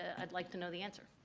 ah i'd like to know the answer.